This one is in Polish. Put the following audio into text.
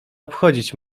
obchodzić